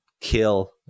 kill